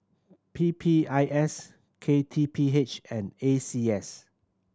P P I S K T P H and A C S